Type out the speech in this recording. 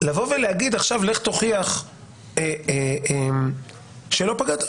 להגיד עכשיו, לך תוכיח שלא פגעת,